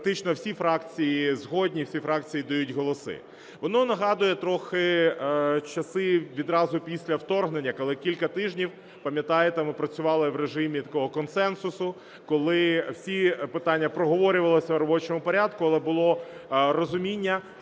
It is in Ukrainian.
практично всі фракції згодні і всі фракції дають голоси. Воно нагадує трохи часи відразу після вторгнення, коли кілька тижнів, пам'ятаєте, ми працювали в режимі такого консенсусу, коли всі питання проговорювалися в робочому порядку, але було розуміння,